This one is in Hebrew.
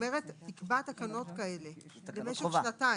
אומרת: תקבע תקנות כאלה למשך שנתיים,